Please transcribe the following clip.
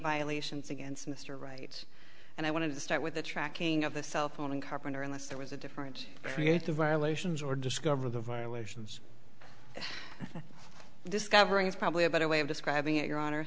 violations against mr right and i want to start with the tracking of the cell phone and carpenter unless there was a different create the violations or discover the violations discovery is probably a better way of describing it your honor